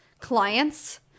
clients